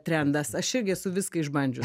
trendas aš irgi esu viska išbandžius